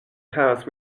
house